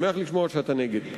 אני שמח לשמוע שאתה נגד.